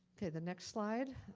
ok, the next slide.